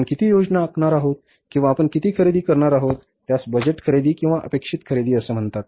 आपण किती योजना आखणार आहोत किंवा आपण किती खरेदी करणार आहोत त्यास बजेट खरेदी किंवा अपेक्षित खरेदी असे म्हणतात